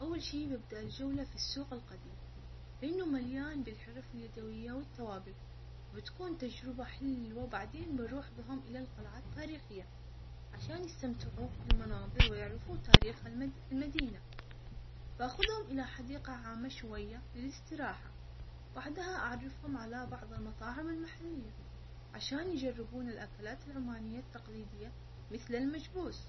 ول شي ببدء الجولة في السوق القديم لأنه مليان بالحرف اليدوية والتوابل، وبتكون تجربة حلوة، بعدين بنروح بهم إلى القلعة التاريخية عشان يستمتعوا بالمناظر ويعرفوا تاريخ المد المدينة باخذهم إلى حديقة عامة شوية للاستراحة، بعدها أعرفهم على بعض المطاعم المحلية عشان يجربون الاكلات العمانية التقليدية مثل المكبوس.